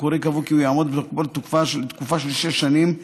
הוראות החוק המקורי קבעו כי הוא יעמוד בתוקפו לתקופה של שש שנים,